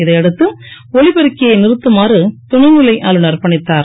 இதை அடுத்து ஒலிபெருக்கியை நிறுத்துமாறு துணை நிலை ஆளுநர் பணித்தார்